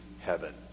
heaven